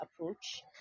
approach